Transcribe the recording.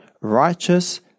Righteous